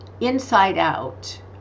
inside-out